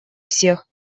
всех